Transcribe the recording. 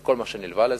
וכל מה שנלווה לזה.